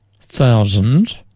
thousand